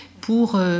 pour